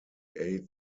eight